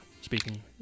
Speaking